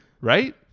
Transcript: Right